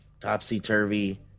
topsy-turvy